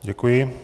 Děkuji.